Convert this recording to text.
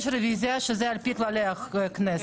יש רביזיה שזה על-פי כללי הכנסת.